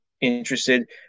interested